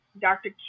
Dr